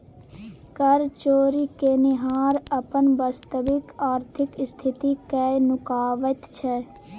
कर चोरि केनिहार अपन वास्तविक आर्थिक स्थिति कए नुकाबैत छै